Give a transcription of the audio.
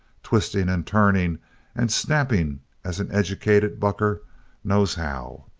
twisting and turning and snapping as an educated bucker knows how.